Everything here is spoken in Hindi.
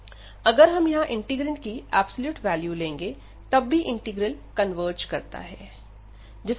अगर हम यहां इंटीग्रैंड की एब्सलूट वैल्यू लेंगे तब भी इंटीग्रल कन्वर्ज करता है